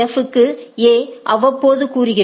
F க்கு A அவ்வப்போது கூறுகிறது